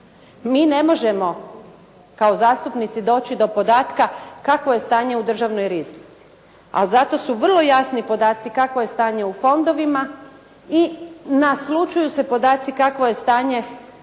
Mi ne možemo kao zastupnici doći do podatka kakvo je stanje u državnoj riznici a zato su vrlo javni podaci kakvo je stanje u fondovima i naslućuju se podaci kakvo je stanje